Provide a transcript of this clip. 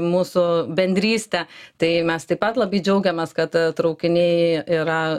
mūsų bendrystę tai mes taip pat labai džiaugiamės kad traukiniai yra